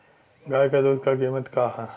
गाय क दूध क कीमत का हैं?